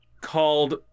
called